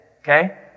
Okay